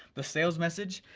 the sales message,